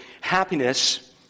Happiness